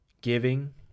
giving